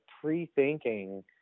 pre-thinking